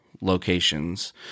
locations